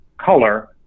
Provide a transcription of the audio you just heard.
color